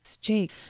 Jake